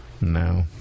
no